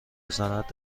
بزند